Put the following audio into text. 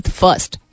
first